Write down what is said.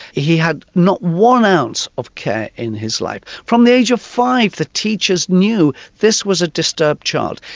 he had not one ounce of care in his life. from the age of five the teachers knew this was a disturbed child.